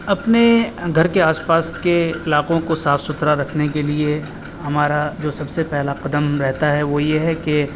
اپنے گھر کے آس پاس کے علاقوں کو صاف ستھرا رکھنے کے لیے ہمارا جو سب سے پہلا قدم رہتا ہے وہ یہ ہے کہ